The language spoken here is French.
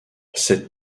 cet